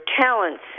talents